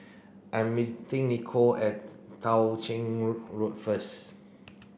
I meeting Nichole at Tao Ching Road first